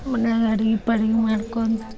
ಮನ್ಯಾಗ ಅಡ್ಗಿ ಪಡ್ಗಿ ಮಾಡ್ಕೊಂದ